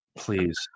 Please